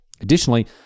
Additionally